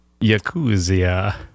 Yakuza